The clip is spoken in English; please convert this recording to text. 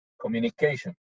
communication